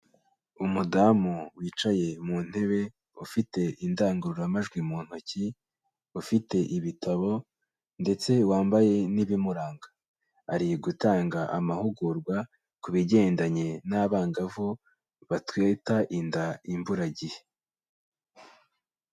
Umudamu wicaye mu ntebe ufite indangururamajwi mu ntoki, ufite ibitabo ndetse wambaye n'ibimuranga. Ari gutanga amahugurwa ku bigendanye n'abangavu batwita inda imburagihe.